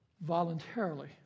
voluntarily